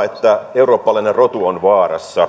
että eurooppalainen rotu on vaarassa